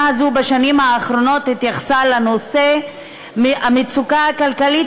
הזאת בשנים האחרונות התייחסה לנושא המצוקה הכלכלית,